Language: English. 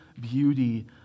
beauty